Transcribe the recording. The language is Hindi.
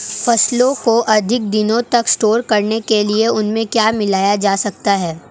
फसलों को अधिक दिनों तक स्टोर करने के लिए उनमें क्या मिलाया जा सकता है?